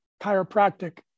chiropractic